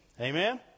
Amen